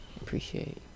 appreciate